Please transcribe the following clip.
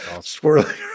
swirling